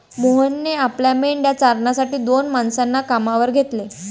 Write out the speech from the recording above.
मोहनने आपल्या मेंढ्या चारण्यासाठी दोन माणसांना कामावर घेतले